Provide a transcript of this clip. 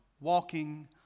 walking